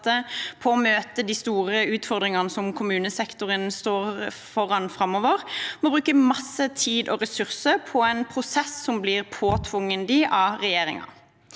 på å møte de store utfordringene i kommunesektoren framover, må bruke masse tid og ressurser på en prosess som blir påtvunget dem av regjeringen.